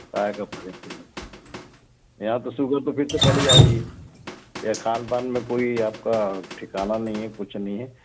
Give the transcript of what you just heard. काहे का परहेज यहाँ तो शुगर तो फिर से बढ़ी आ रही है या खानपान में कोई आपका ठिकाना नहीं है कुछ नहीं है